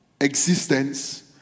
existence